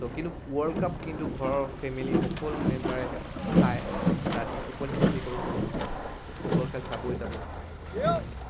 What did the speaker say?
চ' কিন্তু world cup কিন্তু ঘৰৰ ফেমিলি সকলো মেম্বাৰে চাই ৰাতি টোপনি খতি কৰি হ'লেও ফুটবল খেল চাবই চাব সিমানেই